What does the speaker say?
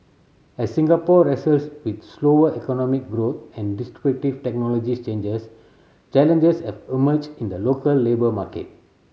as Singapore wrestles with slower economic growth and disruptive technologies changes challenges have emerged in the local labour market